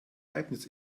leibniz